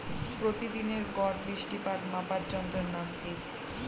প্রতিদিনের গড় বৃষ্টিপাত মাপার যন্ত্রের নাম কি?